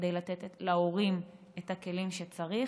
כדי לתת להורים את הכלים שצריך,